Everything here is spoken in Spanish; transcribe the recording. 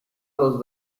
los